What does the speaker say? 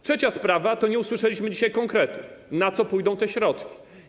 Trzecia sprawa, nie usłyszeliśmy dzisiaj konkretów, na co pójdą te środki.